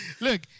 Look